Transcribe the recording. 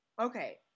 Okay